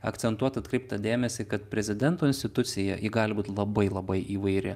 akcentuot atkreipt tą dėmesį kad prezidento institucija ji gali būt labai labai įvairi